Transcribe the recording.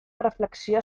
reflexió